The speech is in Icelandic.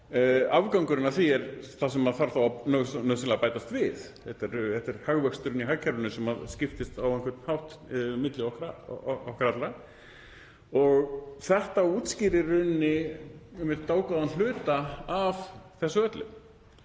afgangurinn af því er það sem þarf nauðsynlega að bætast við. Þetta er hagvöxturinn í hagkerfinu sem skiptist á einhvern hátt milli okkar allra. Þetta útskýrir dágóðan hluta af þessu öllu.